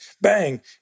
bang